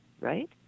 right